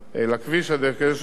כדי שגם הוא יוכל ליהנות